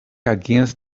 against